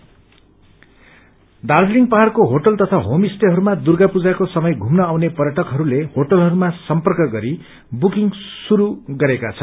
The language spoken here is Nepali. ट्राफिक दार्जीलिङ पहाड़को होटल तथा होमस्टेहरूमा दुर्गा पूजाको समय घुम्न आउने पर्यटकहरूले होटलहरूमा सम्पर्क गरी बुकिंग गर्न शुरू गरेका छन्